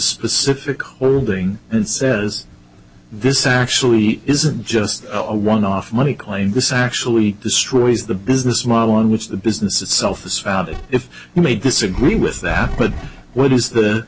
specific wording and says this actually isn't just a one off money claim this actually destroys the business model in which the business itself is if you may disagree with that but what is th